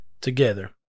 together